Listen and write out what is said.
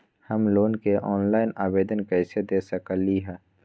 हम लोन के ऑनलाइन आवेदन कईसे दे सकलई ह?